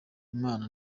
imana